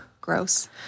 Gross